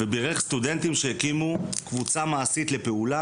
ובירך סטודנטים שהקימו קבוצה מעשית לפעולה